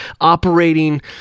operating